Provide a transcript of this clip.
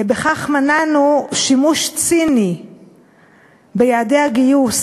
בכך מנענו שימוש ציני ביעדי הגיוס